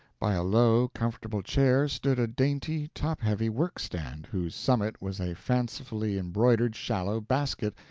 by a low, comfortable chair stood a dainty, top-heavy workstand, whose summit was a fancifully embroidered shallow basket,